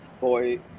boy